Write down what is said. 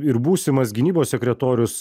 ir būsimas gynybos sekretorius